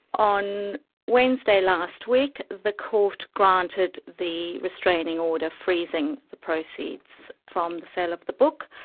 on wednesday last week, the court granted the restraining order freezing the proceeds from the sale of the book,